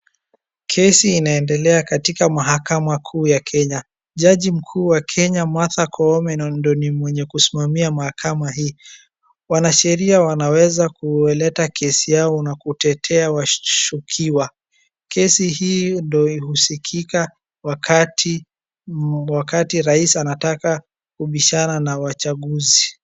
Kesi inaendelea katika Mahakama Kuu ya Kenya. Jaji Mkuu wa Kenya, Martha Koome, ndio ni mwenye kusimamia mahakama hii. Wanasheria wanaweza kuelete kesi yao na kutetea washukiwa. Kesi hii ndio husikika wakati, wakati rais anataka kubishana na wachaguzi.